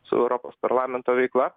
su europos parlamento veikla